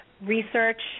research